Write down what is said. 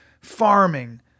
farming